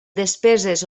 despeses